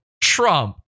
Trump